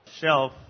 shelf